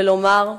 ולומר: